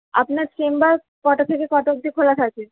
আপনার চেম্বার কটা থেকে কটা অবধি খোলা থাকে